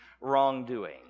wrongdoing